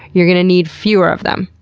you're gonna need fewer of them.